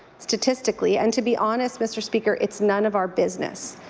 statistically, and to be honest, mr. speaker, it's none of our business.